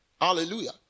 Hallelujah